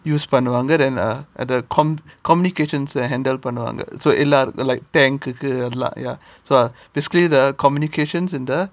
use பண்ணுவாங்க:pannuvanga and uh com~ communications are handled பண்ணுவாங்க:pannuvanga so எல்லாம்:ellam like tank கு எல்லாம்:ku ellam ya so basically the communications in the